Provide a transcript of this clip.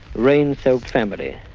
rain-soaked family.